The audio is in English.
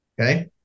Okay